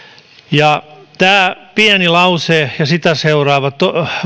tämä pieni lause ja sitä seuraava